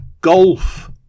golf